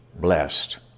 blessed